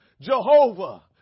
Jehovah